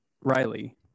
Riley